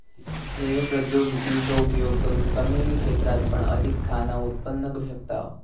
जैव प्रौद्योगिकी चो उपयोग करून कमी क्षेत्रात पण अधिक खाना उत्पन्न करू शकताव